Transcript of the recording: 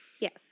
Yes